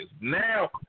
Now